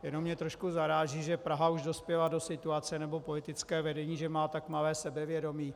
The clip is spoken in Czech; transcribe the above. Jenom mě trošku zaráží, že Praha už dospěla do situace, nebo politické vedení, že má tak malé sebevědomí.